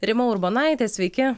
rima urbonaitė sveiki